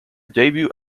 debut